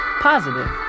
Positive